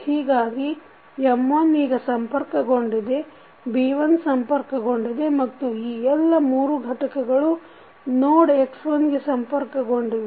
ಹೀಗಾಗಿ M1 ಈಗ ಸಂಪರ್ಕಗೊಂಡಿದೆ B1 ಸಂಪರ್ಕಗೊಂಡಿದೆ ಮತ್ತು ಈ ಎಲ್ಲ ಮೂರು ಘಟಕಗಳು ನೋಡ್ x1ಗೆ ಸಂಪರ್ಕಗೊಂಡಿವೆ